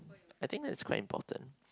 I think it's quite important